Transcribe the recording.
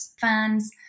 fans